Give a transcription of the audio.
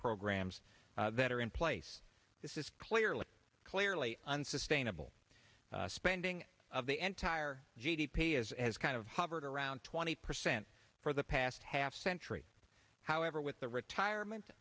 programs that are in place this is clearly clearly unsustainable spending of the anti or g d p is as kind of hovered around twenty percent for the past half century however with the retirement